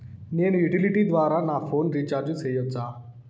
నేను యుటిలిటీ ద్వారా నా ఫోను రీచార్జి సేయొచ్చా?